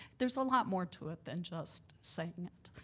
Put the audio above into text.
there's a lot more to it than just saying it.